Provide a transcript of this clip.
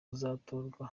uzatorwa